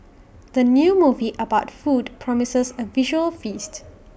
the new movie about food promises A visual feast